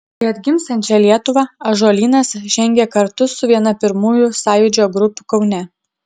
į atgimstančią lietuvą ąžuolynas žengė kartu su viena pirmųjų sąjūdžio grupių kaune